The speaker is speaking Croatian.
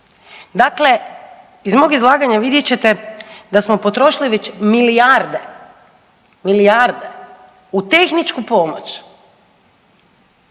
Dakle, iz mog izlaganja vidjet ćete da smo potrošili već milijarde, milijarde u tehničku pomoć,